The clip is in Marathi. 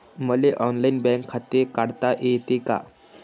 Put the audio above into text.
मले ऑनलाईन बँक खाते काढता येते का?